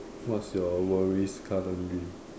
what's your worries currently